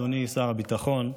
אדוני שר הביטחון,